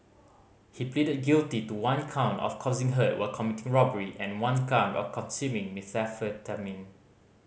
he pleaded guilty to one count of causing hurt while committing robbery and one count of consuming methamphetamine